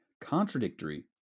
contradictory